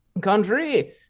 country